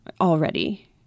already